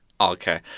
Okay